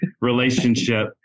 relationship